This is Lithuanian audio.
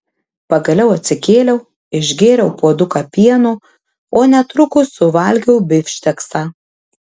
pagaliau atsikėliau išgėriau puoduką pieno o netrukus suvalgiau bifšteksą